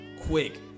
quick